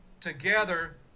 Together